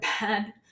bad